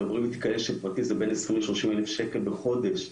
מדברים איתי כאלה שפרטי זה בין 20,000 ל-30,000 שקל בחודש.